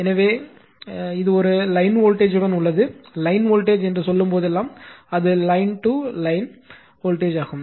எனவே இங்கே இது ஒரு லைன் வோல்டேஜ் உடன் உள்ளது லைன் வோல்டேஜ் என்று சொல்லும் போதெல்லாம் அது லைன் முதல் லைன் வரை வோல்டேஜ் ஆகும்